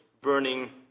burning